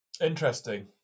Interesting